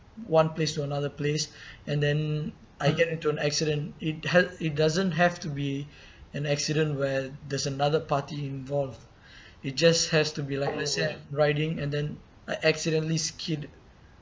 one place to another place and then I get into an accident it hel~ it doesn't have to be an accident where there's another party involved it just has to be like let's say I'm riding and then I accidentally skid